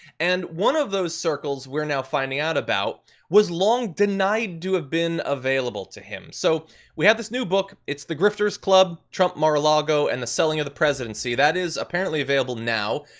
and one of those circles we're now finding out about was long denied do have been available to him. so we have this new book, it's the grifters club, trump mar-a-lago and the selling of the presidency. that is apparently available now,